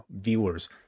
viewers